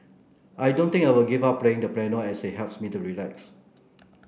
I don't think I will give up playing the piano as it helps me to relax